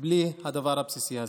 בלי הדבר הבסיסי הזה.